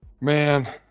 man